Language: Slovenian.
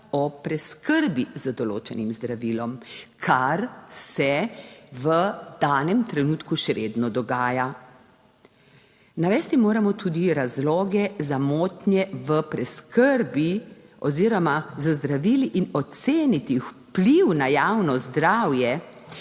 o preskrbi z določenim zdravilom, kar se v danem trenutku še vedno dogaja. Navesti moramo tudi razloge za motnje v preskrbi oziroma z zdravili in oceniti vpliv na javno zdravje